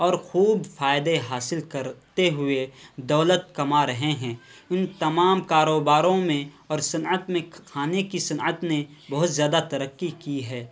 اور خوب فائدے حاصل کرتے ہوئے دولت کما رہے ہیں ان تمام کاروباروں میں اور صنعت میں کھانے کی صنعت نے بہت زیادہ ترقی کی ہے